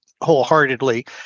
wholeheartedly